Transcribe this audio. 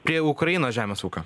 prie ukrainos žemės ūkio